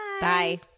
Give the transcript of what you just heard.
Bye